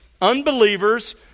Unbelievers